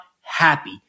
happy